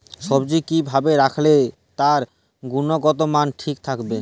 সবজি কি ভাবে রাখলে তার গুনগতমান ঠিক থাকবে?